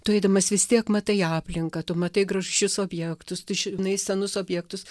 tu eidamas vis tiek matai aplinką tu matai gražius objektus tu žinai senus objektus